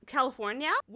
California